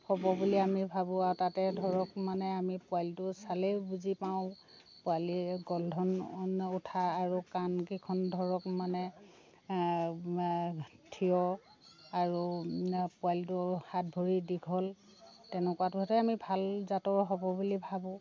হ'ব বুলি আমি ভাবোঁ আও তাতে ধৰক মানে আমি পোৱালিটো চালেই বুজি পাওঁ পোৱালিৰ গলধন উঠা আৰু কাণকিখন ধৰক মানে থিয় আৰু পোৱালিটো হাত ভৰি দীঘল তেনেকুৱাটোতহে আমি ভাল জাতৰ হ'ব বুলি ভাবোঁ